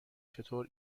چطور